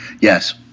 Yes